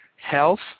health